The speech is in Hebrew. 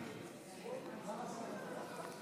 ירד ויבוא.